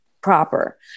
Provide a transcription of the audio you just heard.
proper